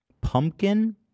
pumpkin